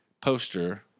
poster